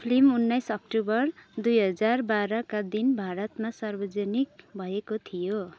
film उन्नाइस October दुई हजार बाह्रका दिन भारतमा सार्वजनिक भएको थियो